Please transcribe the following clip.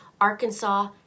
Arkansas